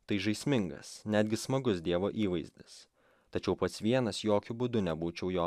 tai žaismingas netgi smagus dievo įvaizdis tačiau pats vienas jokiu būdu nebūčiau jo